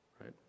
right